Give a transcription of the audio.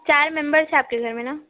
چار ممبرس ہے آپ کے گھر میں نا